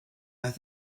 think